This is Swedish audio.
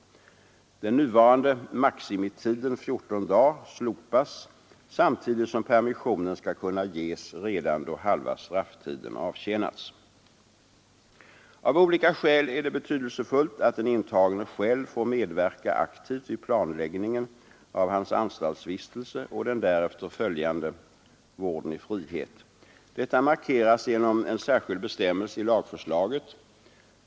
Den nuvarande maximitiden 14 dagar slopas samtidigt som permissionen skall kunna ges redan då halva strafftiden avtjänats. Av olika skäl är det betydelsefullt att den intagne själv får medverka aktivt vid planläggningen av anstaltsvistelsen och den därefter följande vården i frihet. Detta markeras genom en särskild bestämmelse i lagförslaget.